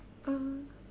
uh